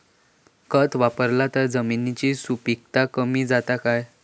खत वापरला तर जमिनीची सुपीकता कमी जाता काय?